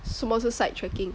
什么是 site checking